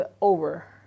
over